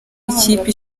ikipe